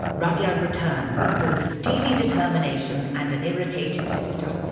rudyard returned with both steely determination and an irritated sister.